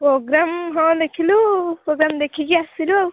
programme ହଁ ଦେଖିଲୁ programme ଦେଖିକି ଆସିଲୁ ଆଉ